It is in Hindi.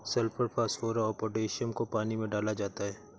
सल्फर फास्फोरस और पोटैशियम को पानी में डाला जाता है